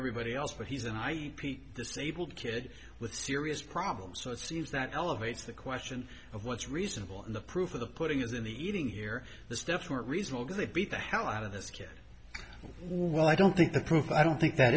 everybody else but he's an i peek disabled kid with serious problems so it seems that elevates the question of what's reasonable and the proof of the putting is in the eating here the steps weren't reasonable they beat the hell out of this kid well i don't think the proof i don't think that